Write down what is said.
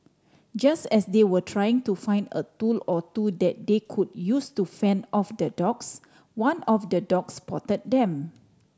just as they were trying to find a tool or two that they could use to fend off the dogs one of the dogs spot them